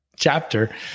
chapter